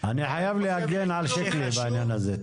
אני חייב להגן על שיקלי בעניין הזה.